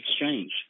exchange